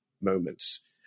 moments